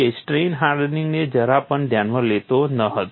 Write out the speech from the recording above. તે સ્ટ્રેઇન હાર્ડનિંગને જરા પણ ધ્યાનમાં લેતો ન હતો